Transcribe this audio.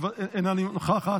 אינה נוכחת,